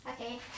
okay